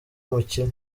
umukire